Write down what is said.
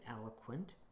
eloquent